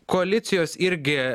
koalicijos irgi